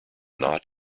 not